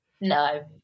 No